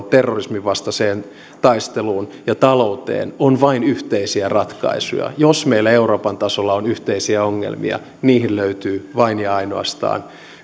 terrorisminvastaiseen taisteluun ja talouteen on vain yhteisiä ratkaisuja jos meillä euroopan tasolla on yhteisiä ongelmia niihin löytyy vain ja ainoastaan